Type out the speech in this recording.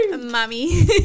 Mommy